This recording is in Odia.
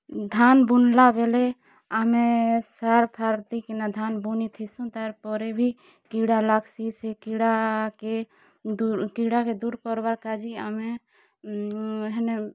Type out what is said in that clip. ଧାନ୍ ବୁନ୍ଲା ବେଲେ ଆମେ ସାର୍ ଫାର୍ ଦେଇ କିନା ଧାନ୍ ବୁନି ଥିସୁ ତାର୍ ପରେ ଭି କିଡ଼ା ଲାଗ୍ସି ସେ କିଡ଼ାକେ ଦୂର କିଡ଼ାକେ ଦୂର କରିବାର କାଜି ଆମେ ହେନେ